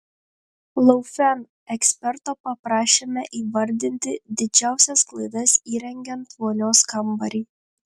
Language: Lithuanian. laufen eksperto paprašėme įvardinti didžiausias klaidas įrengiant vonios kambarį